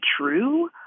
true